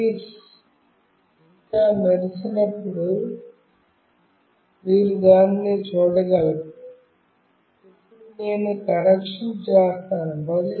ఐటిస్ ఇంకా మెరిసేటప్పుడు మీరు దానిని చూడగలరు ఇప్పుడు నేను కనెక్షన్ చేస్తాను